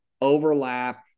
overlap